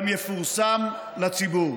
גם יפורסם לציבור.